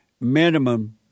minimum